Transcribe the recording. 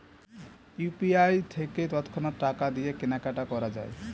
UPI থেকে তৎক্ষণাৎ টাকা দিয়ে কেনাকাটি করা যায়